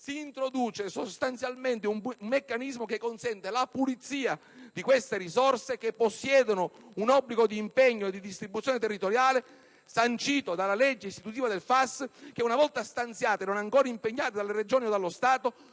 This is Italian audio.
Si introduce sostanzialmente un meccanismo che consente la "pulizia" di risorse che possiedono un obbligo di impegno e di distribuzione territoriale, sancito dalla legge istitutiva del FAS che, una volta stanziate e non ancora impegnate dalle Regioni o dallo Stato,